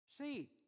See